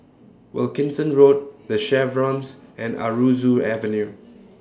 Wilkinson Road The Chevrons and Aroozoo Avenue